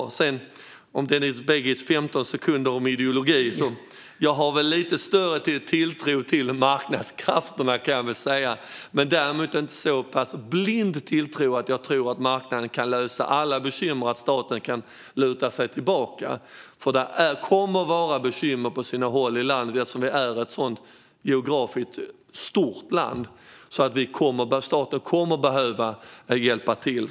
När det sedan gäller Denis Begics 15 sekunder om ideologi har jag väl lite större tilltro till marknadskrafterna, men jag har inte en så blind tilltro att jag tror att marknaden kan lösa alla bekymmer och att staten kan luta sig tillbaka. Eftersom vi är ett så stort land geografiskt sett kommer det att vara bekymmer på sina håll, och där kommer staten att behöva hjälpa till.